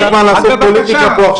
זה גם לא הזמן לעשות פוליטיקה עכשיו.